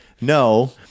no